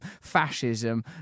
fascism